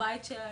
לבית שלהם,